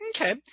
Okay